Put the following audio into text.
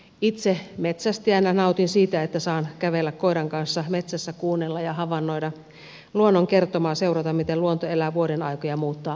itse metsästäjänä nautin siitä että saan kävellä koiran kanssa metsässä kuunnella ja havainnoida luonnon kertomaa seurata miten luonto elää vuodenaikoja ja muuttaa muotoaan